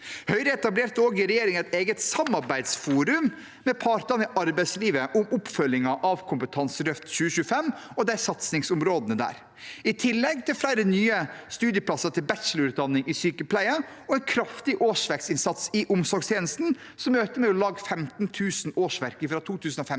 Høyre etablerte også i regjering et eget samarbeidsforum med partene i arbeidslivet om oppfølgingen av Kompetanseløft 2025 og satsingsområdene der, i tillegg til flere nye studieplasser til bachelorutdanning i sykepleie og en kraftig årsverksinnsats i omsorgstjenesten, som økte med om lag 15 000 årsverk fra 2015